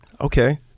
Okay